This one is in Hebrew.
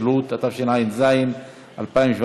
לפרוטוקול, להוסיף לפרוטוקול את עאידה תומא וחיים